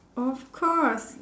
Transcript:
of course